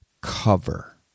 cover